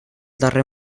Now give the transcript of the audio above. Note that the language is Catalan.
darrer